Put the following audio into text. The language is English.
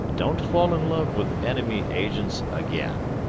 don't fall in love with enemy agents again!